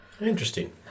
Interesting